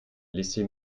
laissez